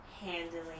handling